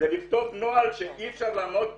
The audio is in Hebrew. זה לכתוב נוהל שאי אפשר לעמוד בו.